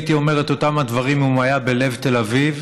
הייתי אומר את אותם הדברים אם הוא היה בלב תל אביב,